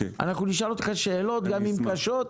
אנחנו נשאל אותך שאלות, גם אם קשות.